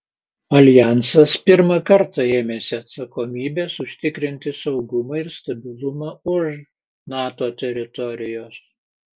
aljansas pirmą kartą ėmėsi atsakomybės užtikrinti saugumą ir stabilumą už nato teritorijos